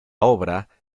obra